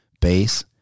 base